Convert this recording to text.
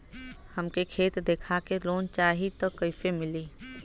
हमके खेत देखा के लोन चाहीत कईसे मिली?